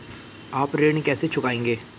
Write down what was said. आप ऋण कैसे चुकाएंगे?